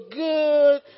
good